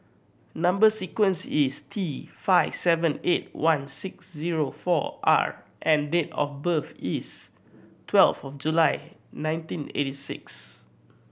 number sequence is T five seven eight one six zero four R and date of birth is twelve of July nineteen eighty six